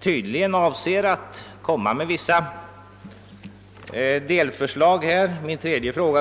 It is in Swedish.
tydligen enligt vad som uttalas i svaret vissa delförslag beträffande länsindelningen framläggas.